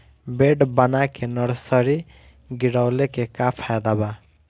Bed बना के nursery गिरवले के का फायदा बा?